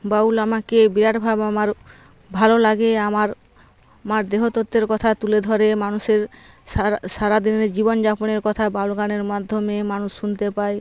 বাউল আমাকে বিরাটভাবে আমার ভালো লাগে আমার আমার দেহতত্ত্বের কথা তুলে ধরে মানুষের সারা সারা দিনের জীবন যাপনের কথা বাউল গানের মাধ্যমে মানুষ শুনতে পায়